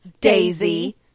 Daisy